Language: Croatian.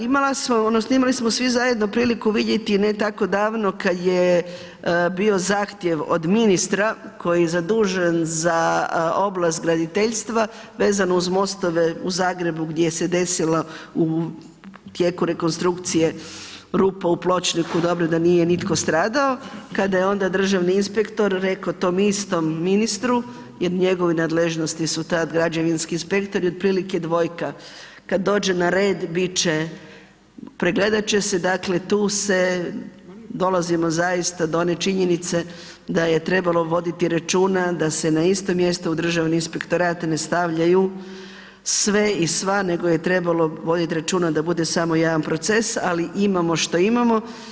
Imala sam odnosno imali smo svi zajedno priliku vidjeti ne tako davno kad je bio zahtjev od ministra koji je zadužen za oblast graditeljstva, vezano uz mostove u Zagrebu gdje se desilo u tijeku rekonstrukcije rupa u pločniku, dobro da nije nitko stradao, kada je onda državni inspektor rekao tom istom ministru jer njegove nadležnosti su tad građevinski inspektori, otprilike dvojka, kad dođe na red, bit, pregledat će, dakle tu se, dolazimo zaista do one činjenice da je trebalo voditi računa da se na isto mjesto u Državni inspektorat ne stavljaju sve i sva, nego je trebalo voditi računa da bude samo jedan proces, ali imamo što imamo.